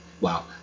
Wow